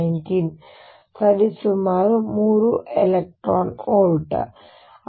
6×10 19 ಸರಿಸುಮಾರು 3 electron volt ಗಳು